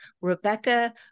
Rebecca